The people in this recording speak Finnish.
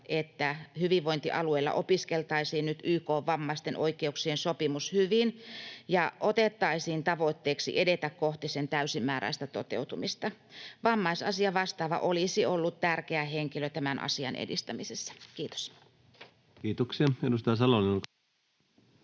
että hyvinvointialueilla opiskeltaisiin nyt YK:n vammaisten oikeuksien sopimus hyvin ja otettaisiin tavoitteeksi edetä kohti sen täysimääräistä toteutumista. Vammaisasiavastaava olisi ollut tärkeä henkilö tämän asian edistämisessä. — Kiitos. [Speech